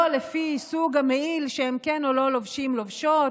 לא לפי סוג המעיל שהם כן או לא לובשים ולובשות,